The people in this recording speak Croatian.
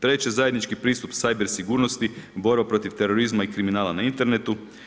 Treće zajednički pristup cyber sigurnosti, borba protiv terorizma i kriminala na internetu.